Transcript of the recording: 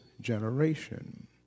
generation